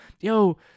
yo